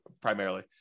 primarily